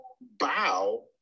bow